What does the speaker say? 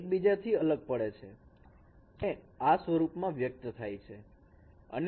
તેથી એકબીજાથી અલગ પડે છે અને આ સ્વરૂપમાં વ્યક્ત થાય છે